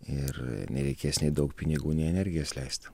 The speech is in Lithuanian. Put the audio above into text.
ir nereikės nei daug pinigų nei energijos leist